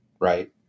right